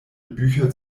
bücher